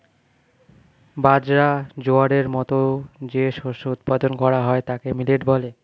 বাজরা, জোয়ারের মতো যে শস্য উৎপাদন করা হয় তাকে মিলেট বলে